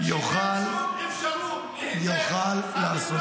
שאין שום אפשרות להיתר.